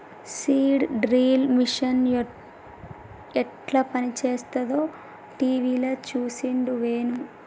seed drill machine యెట్ల పనిచేస్తదో టీవీల చూసిండు వేణు